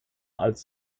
als